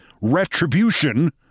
retribution